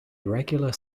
irregular